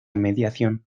mediación